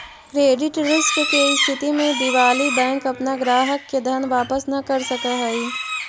credit risk के स्थिति में दिवालि बैंक अपना ग्राहक के धन वापस न कर सकऽ हई